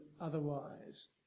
otherwise